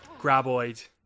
Graboid